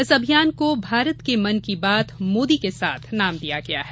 इस अभियान को भारत के मन की बात मोदी के साथ नाम दिया गया है